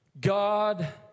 God